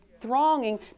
thronging